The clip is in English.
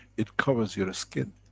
it covers your skin.